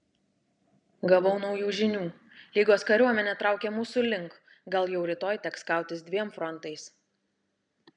gavau naujų žinių lygos kariuomenė traukia mūsų link gal jau rytoj teks kautis dviem frontais